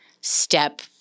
step